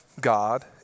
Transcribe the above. God